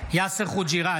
יאסר חוג'יראת,